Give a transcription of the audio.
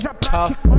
Tough